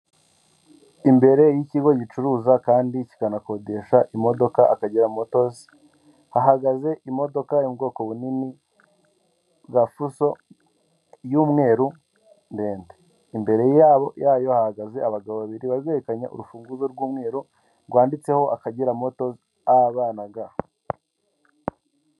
Imbere y'ikigo gicuruza kandi kikanakodesha imodoka Akagira motozi, hahagaze imodoka yo mu ubwoko bunini gafuso y'umweru ndende, imbere yayo hahagaze abagabo babiri bari berekanye, urufunguzo rw'umweru rwanditseho Akagera motozi aba na ga.